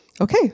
okay